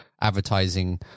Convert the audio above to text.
advertising